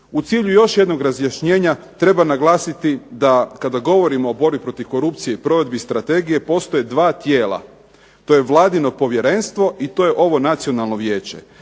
U cilju još jednog razjašnjenja treba naglasiti da kada govorimo o borbi protiv korupcije i provedbi strategije postoje dva tijela. To je vladino povjerenstvo i to je ovo nacionalno vijeće.